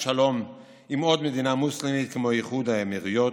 שלום עם עוד מדינה מוסלמית כמו איחוד האמירויות,